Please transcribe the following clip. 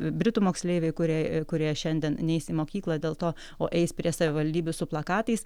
britų moksleiviai kurie e kurie šiandien neis į mokyklą dėl to o eis prie savivaldybių su plakatais